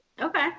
okay